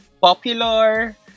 popular